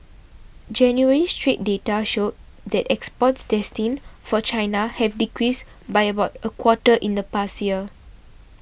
January's trade data showed that exports destined for China have decreased by about a quarter in the past year